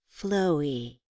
flowy